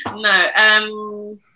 no